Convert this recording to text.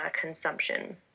consumption